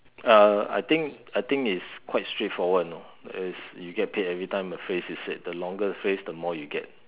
uh I think I think it's quite straightforward know is you get paid every time a phrase is said the longer the phrase the more you get